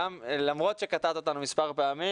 למרות שקטעת אותנו מספר פעמים.